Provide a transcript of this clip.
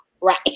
right